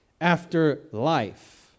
Afterlife